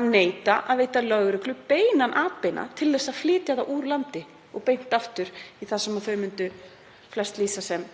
að neita að veita lögreglu beinan atbeina til að flytja þá úr landi og beint aftur í það sem þau myndu flest lýsa sem